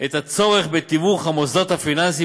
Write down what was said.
את הצורך בתיווך המוסדות הפיננסיים